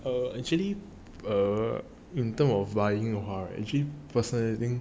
err actually err in terms of buying hor actually personally